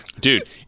dude